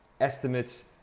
estimates